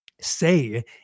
say